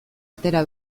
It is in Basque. atera